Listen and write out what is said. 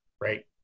right